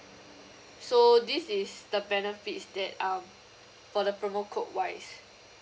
so this is the benefits that um for the promo code wise